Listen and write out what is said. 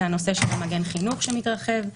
זה הנושא של מגן חינוך שמתרחב.